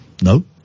No